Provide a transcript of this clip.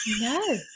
No